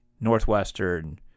Northwestern